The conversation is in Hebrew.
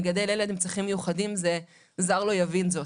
לגדל ילד עם צרכים מיוחדים, זר לא יבין זאת.